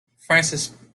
francis